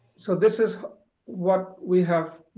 so this is what we have